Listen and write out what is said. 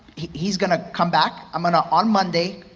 he's gonna come back, i'm gonna, on monday,